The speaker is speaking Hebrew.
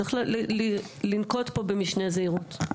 צריך לנקוט פה במשנה זהירות.